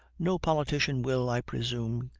no politician will, i presume,